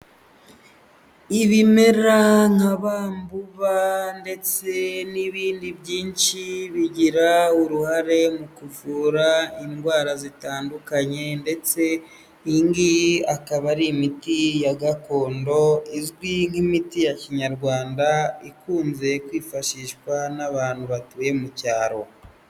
Ibimera nka Bambuba ndetse n'ibindi byinshi, bigira uruhare mu kuvura indwara zitandukanye. Ndetse iyi ngiyi ikaba ari imiti ya gakondo, izwi nk'imiti ya Kinyarwanda ikunze kwifashishwa n'abantu batuye mu cyaro.